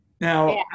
Now